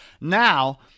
now